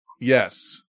yes